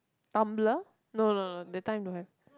Tumblr no no no that time don't have